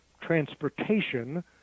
transportation